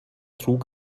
trug